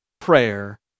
prayer